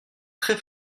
très